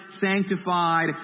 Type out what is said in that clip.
sanctified